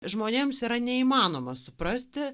žmonėms yra neįmanoma suprasti